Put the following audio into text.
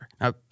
Now